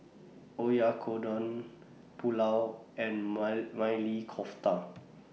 Oyakodon Pulao and might Maili Kofta